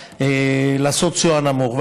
לעשות סיוע נמוך,